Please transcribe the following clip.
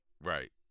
Right